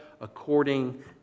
according